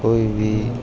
કોઈ બી